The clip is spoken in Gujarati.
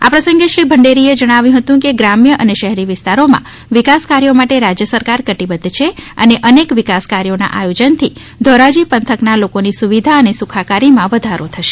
આ પ્રસંગે શ્રી લંડેરીએ જણાવ્યું હતું કે ગ્રામ્ય અને શહેરી વિસ્તારોમાં વિકાસ કાર્યો માટે રાજય સરકાર કટિબદ્ધ છે અને અનેક વિકાસ કાર્યોના આયોજનથી ધોરાજી પંથકના લોકોની સુવિધા અને સુખાકારીમાં વધારો થશે